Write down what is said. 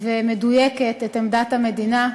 ומדויקת את עמדת המדינה.